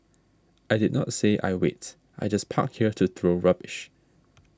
I did not say I wait I just park here to throw rubbish